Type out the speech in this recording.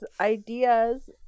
ideas